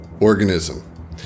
organism